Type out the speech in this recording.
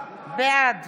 בעד